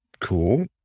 cool